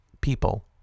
People